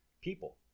people